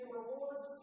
rewards